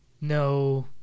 no